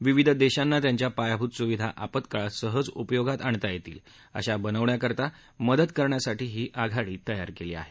विविध देशांना त्यांच्या पायाभूत सुविधा आपत्काळात सहज उपयोगात आणता येतील अशा बनवण्याकरता मदत करण्यासाठी ही आघाडी तयार केली आहे